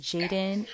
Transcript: Jaden